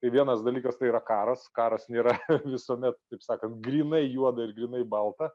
tai vienas dalykas tai yra karas karas nėra visuomet taip sakant grynai juoda ir grynai balta